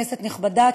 כנסת נכבדה,